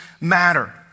matter